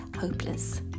hopeless